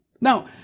Now